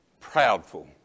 proudful